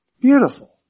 Beautiful